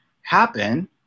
happen